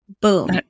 Boom